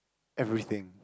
everything